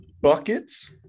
Buckets